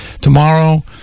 tomorrow